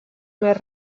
més